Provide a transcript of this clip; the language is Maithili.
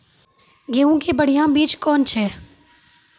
गेहूँ के बढ़िया बीज कौन छ?